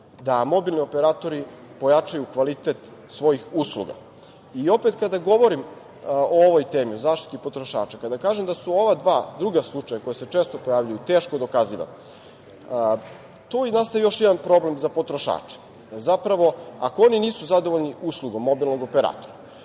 da mobilni operatori pojačaju kvalitet svojih usluga. Opet kada govorim o ovoj temi, o zaštiti potrošača, kada kažem da su ova dva druga slučaja koja se često pojavljuju teško dokaziva, tu nastaje još jedan problem za potrošače. Zapravo, ako oni nisu zadovoljni uslugom mobilnog operatora,